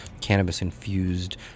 cannabis-infused